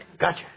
Gotcha